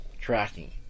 tracking